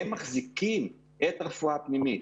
הם מחזיקים את הרפואה הפנימית,